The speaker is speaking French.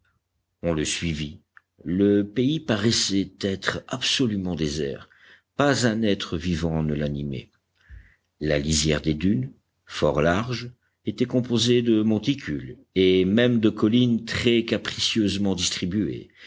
on le suivit le pays paraissait être absolument désert pas un être vivant ne l'animait la lisière des dunes fort large était composée de monticules et même de collines très capricieusement distribuées